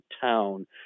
town